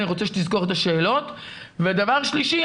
ודבר שלישי,